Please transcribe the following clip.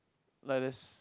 like there's